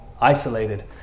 isolated